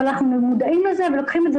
אבל אנחנו מודעים לזה ולוקחים את זה